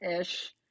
ish